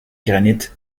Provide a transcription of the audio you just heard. granit